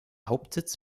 hauptsitz